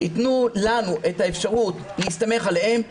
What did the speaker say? ייתנו לנו את האפשרות להסתמך עליהם,